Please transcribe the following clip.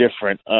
different